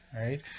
right